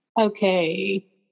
Okay